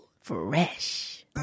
Fresh